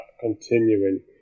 continuing